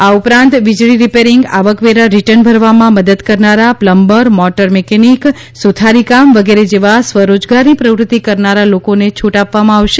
આ ઉપરાંત વીજળી રીપેરીંગ આવકવેરા રીટર્ન ભરવામાં મદદ કરનારા પ્લમ્બર મોટર મિકેનીક સુથારીકામ વગેરે જેવા સ્વરોજગારની પ્રવૃત્તિ કરનારા લોકોને છૂટ આપવામાં આવશે